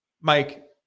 Mike